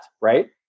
right